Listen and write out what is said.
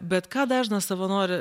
bet ką dažnas savanoris